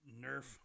Nerf